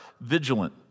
vigilant